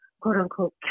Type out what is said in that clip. quote-unquote